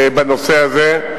בנושא הזה.